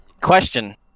question